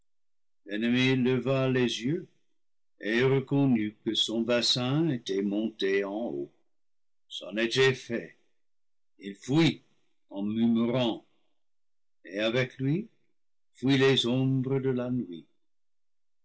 leva les yeux et reconnut que son bassin était monté en haut c'en était fait il fuit en murmurant et avec lui fiaient les ombres de la nuit